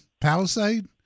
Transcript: Palisade